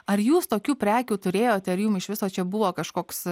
ar jūs tokių prekių turėjote ar jum iš viso čia buvo kažkoks